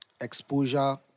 exposure